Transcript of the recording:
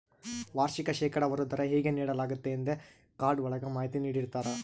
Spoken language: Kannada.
ವಾರ್ಷಿಕ ಶೇಕಡಾವಾರು ದರ ಹೇಗೆ ನೀಡಲಾಗ್ತತೆ ಎಂದೇ ಕಾರ್ಡ್ ಒಳಗ ಮಾಹಿತಿ ನೀಡಿರ್ತರ